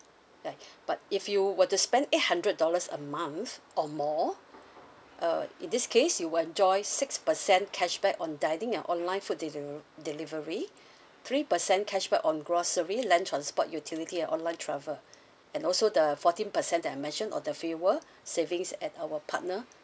ya but if you were to spend eight hundred dollars a month or more uh in this case you will enjoy six percent cashback on dining and online food delive~ delivery three percent cashback on grocery land transport utility and online travel and also the fourteen percent that I mentioned of the fuel savings at our partner